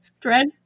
dread